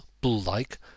bull-like